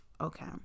okay